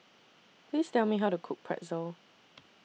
Please Tell Me How to Cook Pretzel